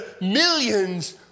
millions